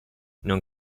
non